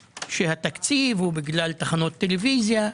שהתקציב הוא בגלל תחנות טלוויזיה,